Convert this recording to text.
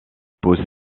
pousse